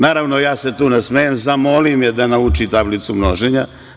Naravno, ja se tu nasmejem, zamolim je da nauči tablicu množenja.